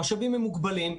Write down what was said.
המשאבים הם מוגבלים.